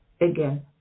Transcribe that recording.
Again